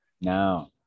no